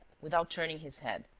without turning his head